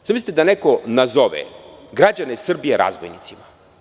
Zamislite da neko nazove građane Srbije razbojnicima.